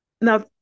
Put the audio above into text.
Now